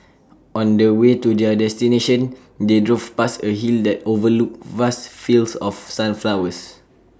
on the way to their destination they drove past A hill that overlooked vast fields of sunflowers